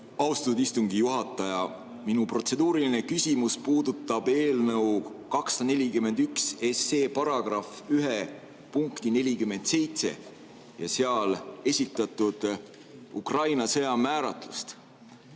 Austatud istungi juhataja! Minu protseduuriline küsimus puudutab eelnõu 241 § 1 punkti 47 ja seal esitatud Ukraina sõja määratlust.